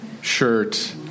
shirt